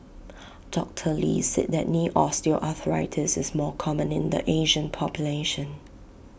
doctor lee said that knee osteoarthritis is more common in the Asian population